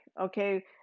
okay